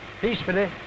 peacefully